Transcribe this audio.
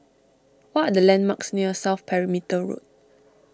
what are the landmarks near South Perimeter Road